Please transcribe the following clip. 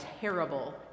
terrible